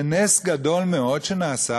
זה נס גדול מאוד שנעשה